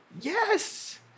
Yes